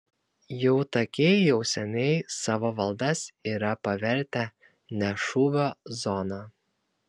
jautakiai jau seniai savo valdas yra pavertę ne šūvio zona